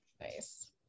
nice